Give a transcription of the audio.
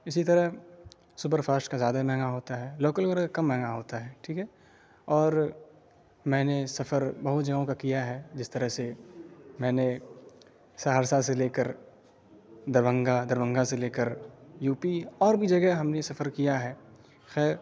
اسی طرح super fast کا زیادہ مہنگا ہوتا ہے لوکل وغیرہ کم مہنگا ہوتا ہے ٹھیک ہے اور میں نے سفر بہت جگہوں کا کیا ہے جس طرح سے میں نے سہرسہ سے لے کر دربھنگہ دربھنگہ سے لے کر یو پی اور بھی جگہ ہم نے سفر کیا ہے خیر